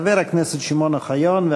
חבר הכנסת שמעון אוחיון,